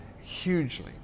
hugely